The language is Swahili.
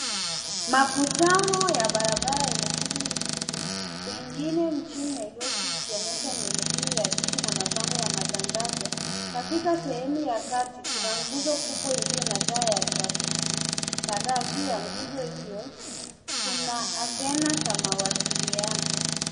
Makutano ya barabara yenye shughuli nyingi pengine mjini Nairobi ikionyesha miundombinu ya jiji na mabango ya matangazo. Katika sehemu ya kati kuna nguzo kubwa iliyo na taa ya trafiki kadhaa. Juu ya nguzo hio kuna antenna za mawasiliano.